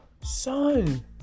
Son